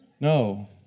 No